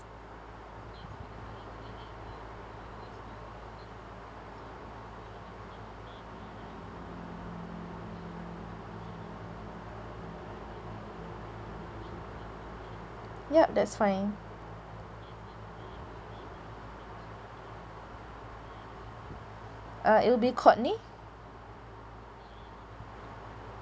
yup that's fine uh it'll be courtney